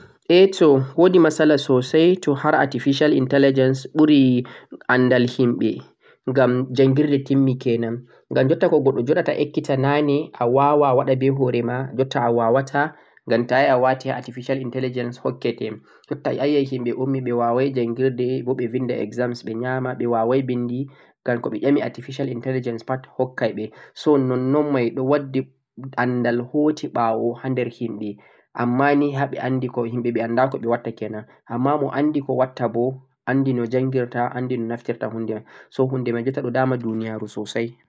A to, woodi matsala soosay to har artificial intelligence ɓuri anndal himɓe, ngam njanngirdee timmi kenan, ngam jotta ko goɗɗo jaɗata ekkita naane, a waawa a waɗa be hoore ma, jotta a waawaata, ngam to a yahi a wati ha artificial intelligence o hokkete jotta ayi ay himɓe ummi waaway njanngirdee bo to ɓe binndi exams ɓe nyaama ɓe waaway binndi, ngam ko ɓe ƴami artificial intelligence pat hokkay ɓe, so nonnon may ɓe ɗo wadda anndal ho'ti ɓa'wo ha nder himɓe. ammaaa ni ha ɓe anndi himɓe annda ko ɓe watta kennan, ammaa mo anndi ko watta bo anndi no njanngirta, anndi no naftirta huunde may, so huunde may jotta ɗo dama duuniyaaru soosay.